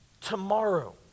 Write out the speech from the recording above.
Tomorrow